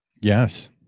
yes